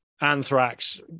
Anthrax